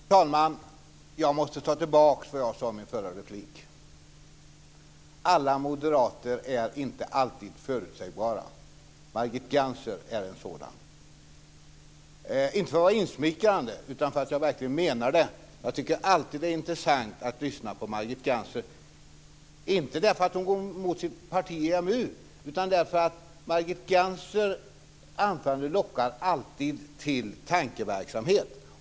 Fru talman! Jag måste ta tillbaka vad jag sade i min förra replik. Alla moderater är inte alltid förutsägbara. Det gäller bl.a. Margit Gennser. Det här säger jag inte för att vara insmickrande utan för att jag verkligen menar det. Jag tycker alltid att det är intressant att lyssna på Margit Gennser, inte för att hon går emot sitt parti i fråga om EMU utan för att Margit Gennsers anföranden alltid lockar till tankeverksamhet.